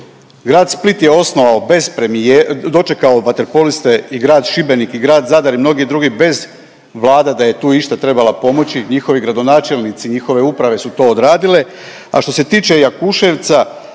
bez premije…, dočekao vaterpoliste i grad Šibenik i grad Zadar i mnogi drugi bez Vlada da je tu išta trebala pomoći, njihovi gradonačelnici i njihove uprave su to odradile.